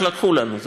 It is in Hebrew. רק לקחו לנו,